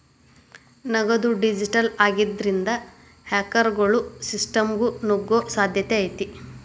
ನಗದು ಡಿಜಿಟಲ್ ಆಗಿದ್ರಿಂದ, ಹ್ಯಾಕರ್ಗೊಳು ಸಿಸ್ಟಮ್ಗ ನುಗ್ಗೊ ಸಾಧ್ಯತೆ ಐತಿ